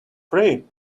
free